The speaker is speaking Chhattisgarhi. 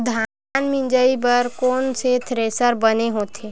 धान मिंजई बर कोन से थ्रेसर बने होथे?